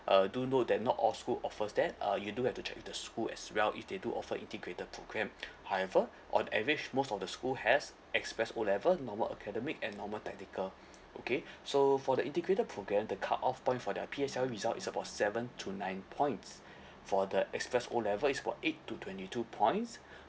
uh do note that not all school offers that uh you do have to check with the school as well if they do offer integrated programme however on average most of the school has express O level normal academic and normal technical okay so for the integrated programme the cutoff point for the P_S_L_E result is about seven to nine points for the express O level it's about eight to twenty two points